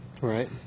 Right